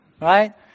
Right